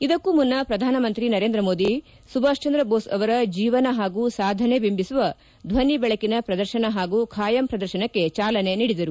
ಇದಕ್ಕೂ ಮುನ್ನ ಪ್ರಧಾನಮಂತ್ರಿ ನರೇಂದ್ರ ಮೋದಿ ಸುಭಾಷ್ ಚಂದ್ರ ಬೋಸ್ ಅವರ ಜೀವನ ಹಾಗೂ ಸಾಧನೆ ಬಿಂಬಿಸುವ ಧ್ಲನಿ ಬೆಳಕಿನ ಪ್ರದರ್ಶನ ಹಾಗೂ ಖಾಯಂ ಪ್ರದರ್ಶನಕ್ಕೆ ಚಾಲನೆ ನೀಡಿದರು